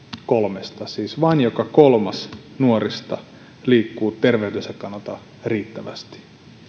kolmesta nuoresta siis vain joka kolmas nuori liikkuu terveytensä kannalta riittävästi